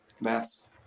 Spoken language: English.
Mass